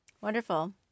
wonderful